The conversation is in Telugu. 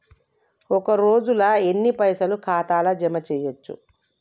ఒక రోజుల ఎన్ని పైసల్ ఖాతా ల జమ చేయచ్చు?